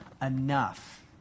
Enough